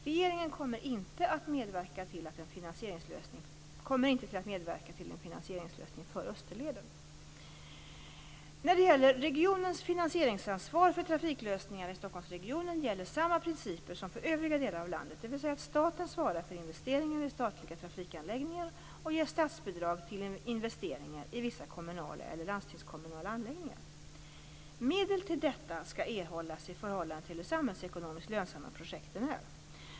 Regeringen kommer inte att medverka till en finansieringslösning för Österleden. När det gäller regionens finansieringsansvar för trafiklösningar i Stockholmsregionen gäller samma principer som för övriga delar av landet, dvs. att staten svarar för investeringar i statliga trafikanläggningar och ger statsbidrag till investeringar i vissa kommunala eller landstingskommunala anläggningar. Medel till detta skall erhållas i förhållande till hur samhällsekonomiskt lönsamma projekten är.